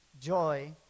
joy